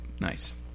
Nice